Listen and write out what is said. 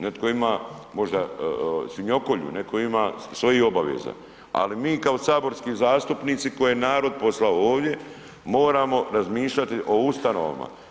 Netko ima možda svinjokolju, neko ima svojih, ali mi kao saborski zastupnici koje je narod poslao ovdje moramo razmišljati o ustanovama.